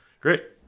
Great